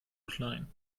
klein